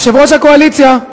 יושב-ראש הקואליציה,